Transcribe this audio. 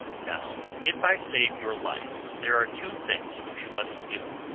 now if i save your life, there are two things which you must do.